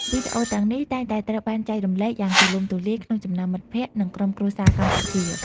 វីដេអូទាំងនេះតែងតែត្រូវបានចែករំលែកយ៉ាងទូលំទូលាយក្នុងចំណោមមិត្តភក្តិ និងក្រុមគ្រួសារកម្ពុជា។